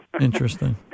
Interesting